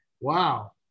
Wow